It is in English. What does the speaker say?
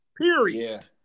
period